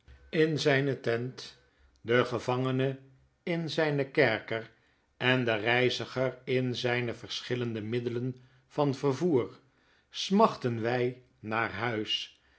in zijne tente de gevangene in zyn kerker en de reiziger in zpe verschillende middelenvan vervoer smachten wy naar huis